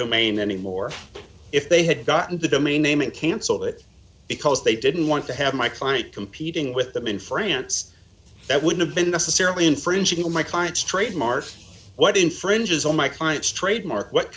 domain anymore if they had gotten the domain name and canceled it because they didn't want to have my client competing with them in france that would have been necessarily infringing on my client's trademark what infringes on my client's trademark what